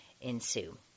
ensue